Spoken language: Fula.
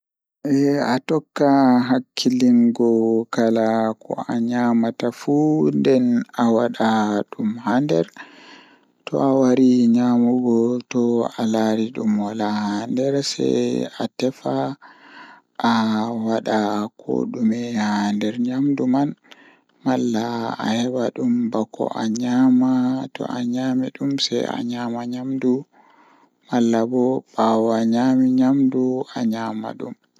Ko ɓuri Jalnuki haa rayuwa am kannjum woni wakkati ɓoosaaru sakitii am Nde mi waɗi ɗum, mi ngoni jooɗi e hoore sabu miɗo ɗum faama. O waɗi miɗo waawi hokka caɗeele kadi mi wi'ude goɗɗum ngal.